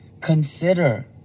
Consider